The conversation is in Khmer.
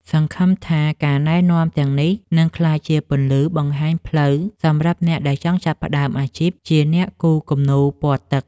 សង្ឃឹមថាការណែនាំទាំងនេះនឹងក្លាយជាពន្លឺបង្ហាញផ្លូវសម្រាប់អ្នកដែលចង់ចាប់ផ្តើមអាជីពជាអ្នកគូរគំនូរពណ៌ទឹក។